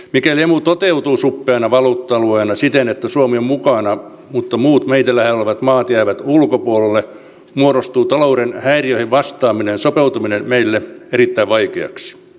mikäli emu toteutuu suppeana valuutta alueena siten että suomi on mukana mutta muut meitä lähellä olevat maat jäävät ulkopuolelle muodostuu talouden häiriöihin vastaaminen sopeutuminen meille erittäin vaikeaksi